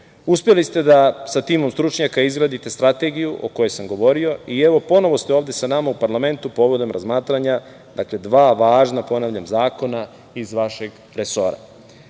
ste da sa timom stručnjaka izgradite strategiju o kojoj sam govorio i evo ponovo ste ovde sa nama u parlamentu povodom razmatranja, ponavljam, dva važna zakona iz vašeg resora. Izmene